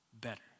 better